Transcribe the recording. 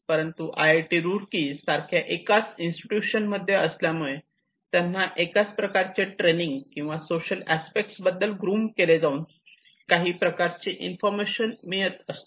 परंतु आयआयटी रूर्की सारख्या एकाच इन्स्टिट्यूशन मध्ये असल्यामुळे त्यांना एकाच प्रकारचे ट्रेनिंग किंवा सोशल अस्पेक्ट बद्दल ग्रूम केले जाऊन काही प्रकारचे इन्फॉर्मेशन मिळत असते